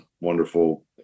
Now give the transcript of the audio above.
wonderful